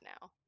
now